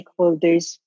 stakeholders